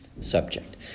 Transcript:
subject